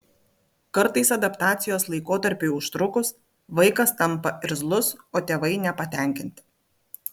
kartais adaptacijos laikotarpiui užtrukus vaikas tampa irzlus o tėvai nepatenkinti